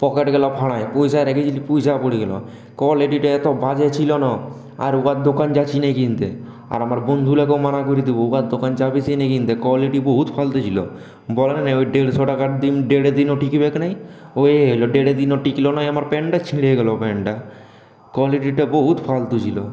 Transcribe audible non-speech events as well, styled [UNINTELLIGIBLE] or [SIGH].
pocket গেল ফাঁড়য় পয়সা রেখেছিলাম পয়সা পড়ে গেল কোয়ালিটিটা এত বাজে ছিল না আর ওর দোকান যাচ্ছি না কিনতে আর আমার বন্ধুদেরকেও মানা করি দেব ওর দোকান যাবি না কিনতে কোয়ালিটি বহুত ফালতু ছিল বরং ওই দেড়শো টাকা [UNINTELLIGIBLE] দেড় দিনও টিকবেক নাই ওই হল দেড়দিনও টিকল নাই আমার প্যান্টটা ছিঁড়ে গেল প্যান্টটার কোয়ালিটিটা বহুত ফালতু ছিল